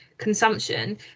consumption